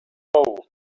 sou